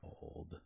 old